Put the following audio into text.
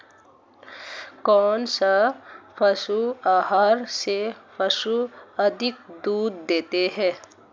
कौनसे पशु आहार से पशु अधिक दूध देते हैं?